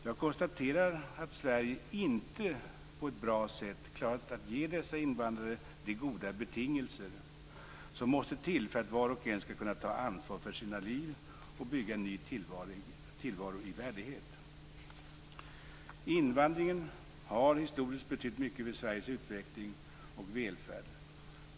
Jag konstaterar att Sverige inte på ett bra sätt klarat att ge dessa invandrare de goda betingelser som måste till för att var och en skall kunna ta ansvar för sina liv och bygga en ny tillvaro i värdighet. Invandringen har historiskt betytt mycket för Sveriges utveckling och välfärd.